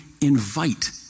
invite